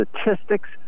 statistics